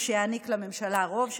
ושיעניק לממשלה רוב שם.